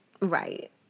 Right